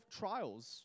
trials